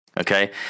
Okay